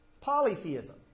Polytheism